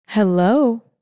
Hello